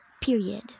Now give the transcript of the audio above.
Period